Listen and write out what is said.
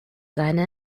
seine